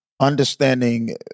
Understanding